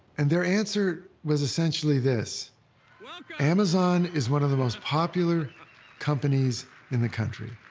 and their answer was essentially this amazon is one of the most popular companies in the country.